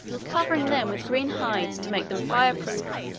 covering them with green hides to make them fire-proof